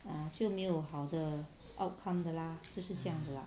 err 就没有好的 outcome 的 lah 都是这样的